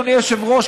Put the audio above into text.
אדוני היושב-ראש,